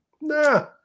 Nah